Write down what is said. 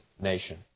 nation